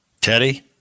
Teddy